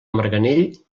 marganell